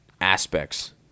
aspects